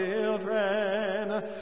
children